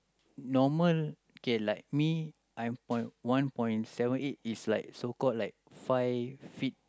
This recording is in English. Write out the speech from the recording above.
normal K like me I'm point one point seven eight is like so called like five feet